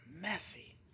messy